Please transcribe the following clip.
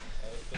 טוב,